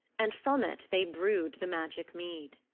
and from it they brewed the magic mead.